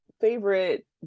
favorite